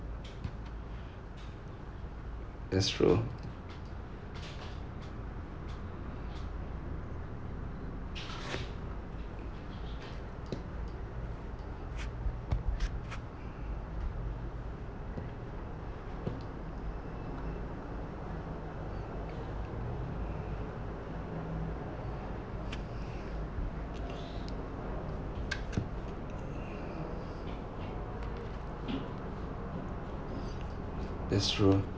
that's true that's true